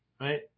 right